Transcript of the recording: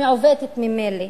המעוותת ממילא,